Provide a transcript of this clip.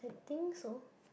think so